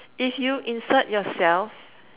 if you insert yourself